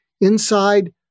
Inside